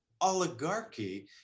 oligarchy